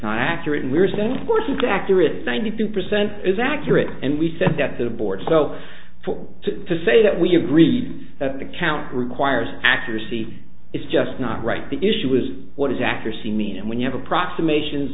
not accurate and we're saying force is accurate ninety two percent is accurate and we said that the board so for to say that we agree that the count requires accuracy is just not right the issue is what is accuracy mean and when you have approximation